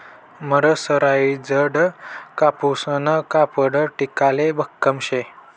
मरसराईजडं कापूसनं कापड टिकाले भक्कम शे